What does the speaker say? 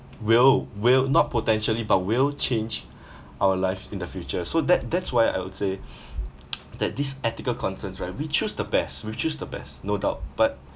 will will not potentially but will change our life in the future so that that's why I would say that this ethical concerns right we choose the best we choose the best no doubt but